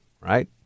Right